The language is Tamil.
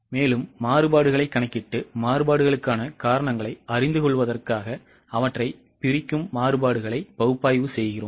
பின்னர் மாறுபாடுகளைக் கணக்கிட்டு மாறுபாடுகளுக்கான காரணங்களை அறிந்து கொள்வதற்காக அவற்றை பிரிக்கும் மாறுபாடுகளை பகுப்பாய்வு செய்கிறோம்